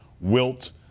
Wilt